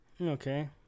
Okay